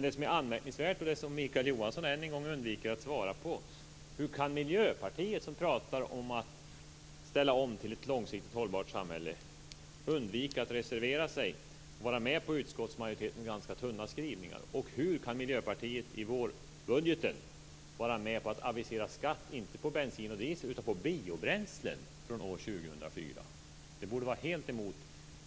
Det som är anmärkningsvärt och som Mikael Johansson än en gång undviker att svara på är: Hur kan Miljöpartiet som pratar om att ställa om till ett långsiktigt hållbart samhälle undvika att reservera sig och vara med på utskottsmajoritetens ganska tunna skrivningar? Och hur kan Miljöpartiet i vårbudgeten vara med på att avisera skatt, inte på bensin och diesel, utan på biobränslen från år 2004? Det borde vara helt emot